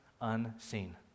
unseen